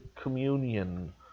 communion